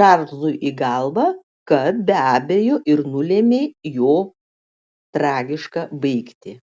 čarlzui į galvą kad be abejo ir nulėmė jo tragišką baigtį